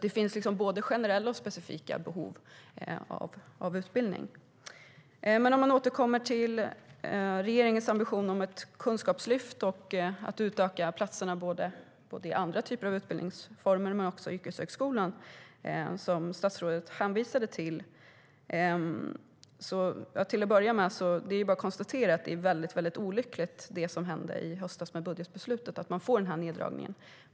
Det finns alltså både generella och specifika behov av utbildning. Jag återkommer till regeringens ambition om ett kunskapslyft och att öka antalet platser både i andra utbildningsformer och i yrkeshögskolan, som statsrådet hänvisade till. Till att börja med är det bara att konstatera att det som hände med budgetbeslutet i höstas, som ledde till denna neddragning, var väldigt olyckligt.